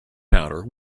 powder